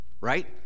Right